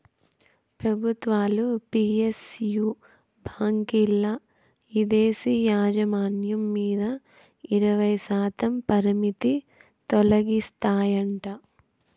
పెబుత్వాలు పి.ఎస్.యు బాంకీల్ల ఇదేశీ యాజమాన్యం మీద ఇరవైశాతం పరిమితి తొలగిస్తాయంట